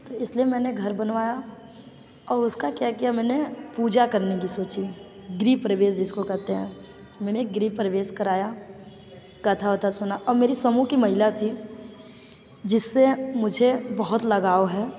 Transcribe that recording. तो इस लिए मैंने घर बनवाया और उसका क्या किया मैंने पूजा करने की सोची गृह प्रवेश जिसको कहते हैं मैंने गृह प्रवेश कराया कथा वथा सुना और मेरी समूह की महिला थी जिससे मुझे बहुत लगाव है